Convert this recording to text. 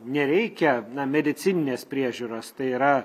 nereikia na medicininės priežiūros tai yra